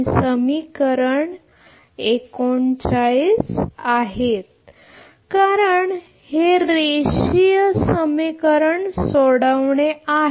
हे समीकरण 39 आहे कारण हे रेषीय समीकरण सोडवणे आहे